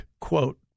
Quote